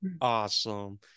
awesome